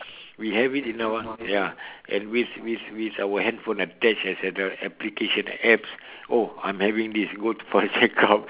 we have in our ya and with with with our handphone attached as an application apps oh I'm having this go for a checkup